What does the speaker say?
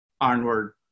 onward